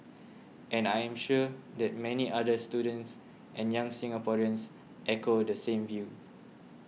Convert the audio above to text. and I am sure that many other students and young Singaporeans echo the same view